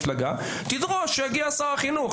תדרוש שיגיע שר החינוך,